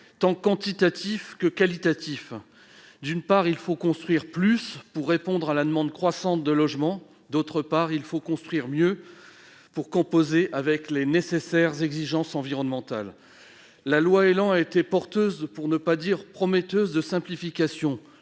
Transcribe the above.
tant quantitatif que qualitatif. D'une part, il faut construire plus pour répondre à la demande croissante de logements ; d'autre part, il faut construire mieux pour composer avec les nécessaires exigences environnementales. La loi ÉLAN a été porteuse- pour ne pas dire prometteuse -de simplifications